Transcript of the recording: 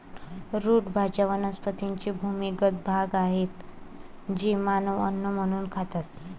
route भाज्या वनस्पतींचे भूमिगत भाग आहेत जे मानव अन्न म्हणून खातात